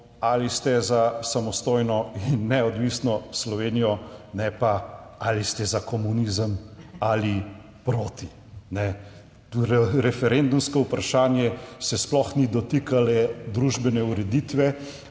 ali ste za samostojno in neodvisno Slovenijo, ne pa, ali ste za komunizem ali proti. Referendumsko vprašanje se sploh ni dotikalo družbene ureditve,